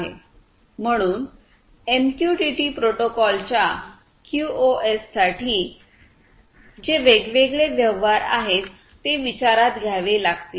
म्हणून एमक्यूटीटी प्रोटोकॉलच्या क्यूओएस साठी जे वेगवेगळे व्यवहार आहेत ते विचारात घ्यावे लागतील